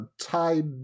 tied